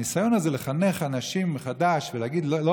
הניסיון הזה לחנך אנשים מחדש ולהגיד: לא